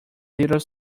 little